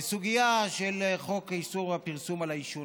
בסוגיה של חוק איסור הפרסום על העישון.